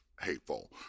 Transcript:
hateful